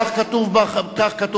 כך כתוב בחוק.